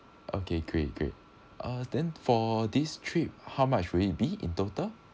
okay great great uh then for this trip how much will it be in total